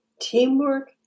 teamwork